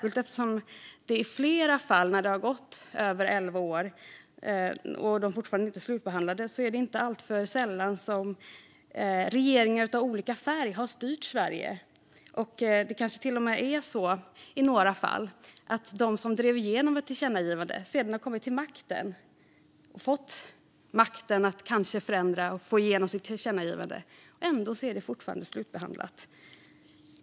I de fall där det har gått över elva år utan att ärendet har slutbehandlats är det inte alltför sällan så att regeringar av olika färg har styrt Sverige under tiden. I några fall kanske det till och med är så att de som drev igenom ett tillkännagivande sedan kom till makten och fick makt att förändra och få igenom sitt tillkännagivande. Ändå blev det inte slutbehandlat.